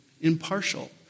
impartial